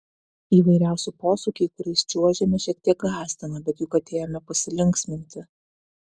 įvairiausi posūkiai kuriais čiuožėme šiek tiek gąsdino bet juk atėjome pasilinksminti